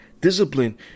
Discipline